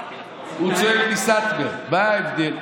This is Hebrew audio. הוא צועק לי: סאטמר, מה ההבדל?